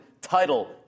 title